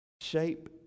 shape